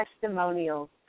testimonials